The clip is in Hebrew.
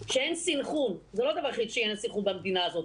שאין סנכרון זה לא הדבר היחיד שאין סנכרון במדינה הזאת,